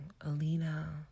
Alina